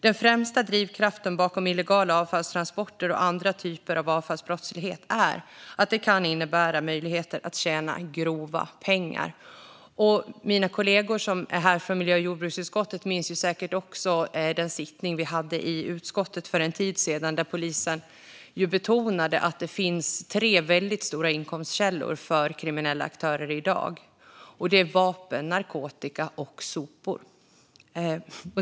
Den främsta drivkraften bakom illegala avfallstransporter och andra typer av avfallsbrottslighet är att det kan innebära möjligheter att tjäna grova pengar. Mina kollegor från miljö och jordbruksutskottet minns säkert den sittning vi hade i utskottet för en tid sedan där polisen betonade att det finns tre stora inkomstkällor för kriminella aktörer i dag. Det är vapen, narkotika och sopor.